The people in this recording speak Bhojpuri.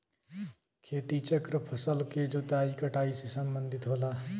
खेती चक्र फसल के जोताई कटाई से सम्बंधित होला